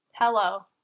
Hello